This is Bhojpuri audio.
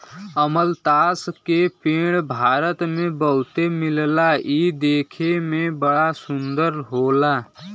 अमलतास के पेड़ भारत में बहुते मिलला इ देखे में बड़ा सुंदर होला